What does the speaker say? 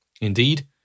Indeed